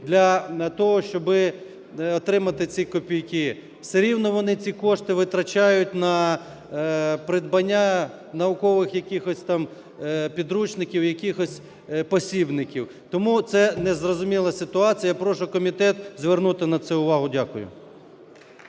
для того, щоб отримати ці копійки. Все рівно вони ці кошти витрачають на придбання наукових якихось, там, підручників, якихось посібників. Тому це незрозуміла ситуація. Я прошу комітет звернути на це увагу. Дякую.